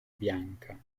bianca